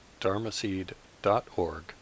dharmaseed.org